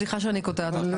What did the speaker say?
סליחה שאני קוטעת אותך,